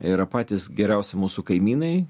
yra patys geriausi mūsų kaimynai